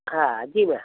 हाँ जी हाँ